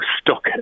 stuck